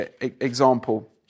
example